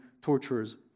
torturers